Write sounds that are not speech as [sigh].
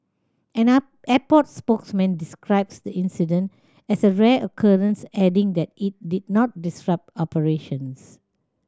an [unintelligible] airport spokesman described the incident as a rare occurrence adding that it did not disrupt operations